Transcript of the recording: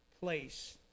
place